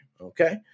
Okay